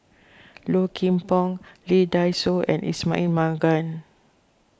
Low Kim Pong Lee Dai Soh and Ismail Marjan